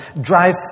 drive